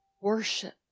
worship